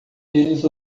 eles